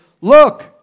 Look